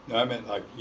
i meant like,